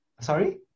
Sorry